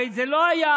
הרי זה לא היה,